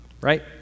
right